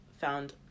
found